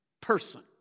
person